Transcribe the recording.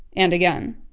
and again.